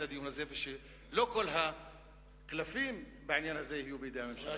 הדיון הזה ושלא כל הקלפים בעניין הזה יהיו בידי הממשלה.